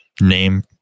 name